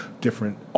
different